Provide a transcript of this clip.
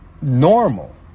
normal